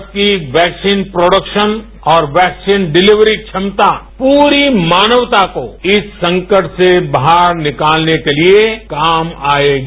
भारत की vaccine production और vaccine delivery क्षमता पूरी मानक्ता को इस संकट से बाहर निकालने के लिए काम आएगी